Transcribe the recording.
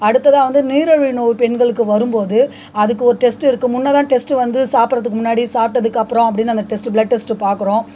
அடுத்ததாக வந்து நீரழிவு நோய் பெண்களுக்கு வரும் போது அதுக்கு ஒரு டெஸ்ட் இருக்கு முன்னே தான் டெஸ்ட்டு வந்து சாப்பிறதுக்கு முன்னாடி சாப்பிட்டதுக்கு அப்புறம் அப்படின்னு அந்த டெஸ்ட்டு ப்ளெட் டெஸ்ட்டு பார்க்குறோம்